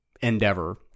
endeavor